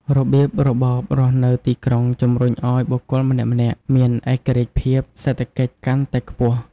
របៀបរបបរស់នៅទីក្រុងជំរុញឱ្យបុគ្គលម្នាក់ៗមានឯករាជ្យភាពសេដ្ឋកិច្ចកាន់តែខ្ពស់។